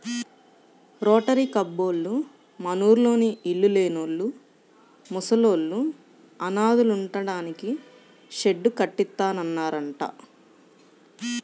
rotary కబ్బోళ్ళు మనూర్లోని ఇళ్ళు లేనోళ్ళు, ముసలోళ్ళు, అనాథలుంటానికి షెడ్డు కట్టిత్తన్నారంట